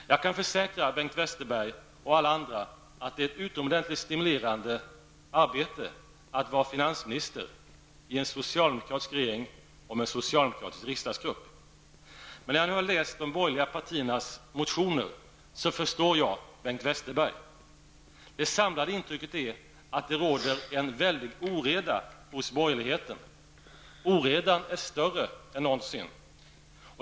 Jag kan försäkra Bengt Westerberg och alla andra att det är ett utomordentligt stimulerande arbete att vara finansminister i en socialdemokratisk regering och med en socialdemokratisk riksdagsgrupp. Efter att ha läst de borgerliga partiernas motioner förstår jag Bengt Det samlade intrycket är att det råder en väldig oreda hos borgerligheten. Oredan är större än någonsin.